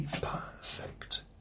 perfect